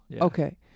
Okay